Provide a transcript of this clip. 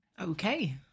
Okay